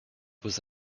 was